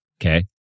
Okay